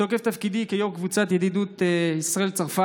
מתוקף תפקידי כיו"ר קבוצת ידידות ישראל-צרפת